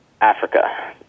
Africa